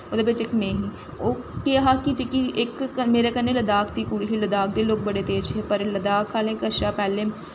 ओह्दै बिच्च इक में ही फ्ही उत्थें जेह्की इक लद्दाख दी मेरे कन्नै लद्दाख दी कुड़ी ही लद्दाख दे लोग बड़ा तेज हे पर लद्दाख आह्लें कशा